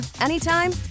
anytime